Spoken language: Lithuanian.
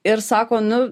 ir sako nu